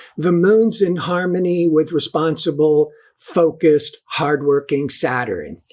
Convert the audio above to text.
the moon's in harmony with responsible focused hardworking saturn.